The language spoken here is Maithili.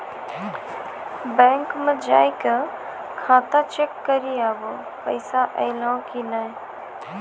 बैंक मे जाय के खाता चेक करी आभो पैसा अयलौं कि नै